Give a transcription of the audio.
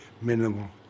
Minimal